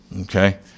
Okay